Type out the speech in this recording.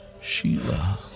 Sheila